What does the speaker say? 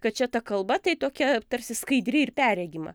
kad čia ta kalba tai tokia tarsi skaidri ir perregima